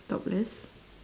topless